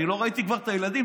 אני לא ראיתי כבר את הילדים,